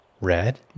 red